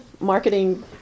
marketing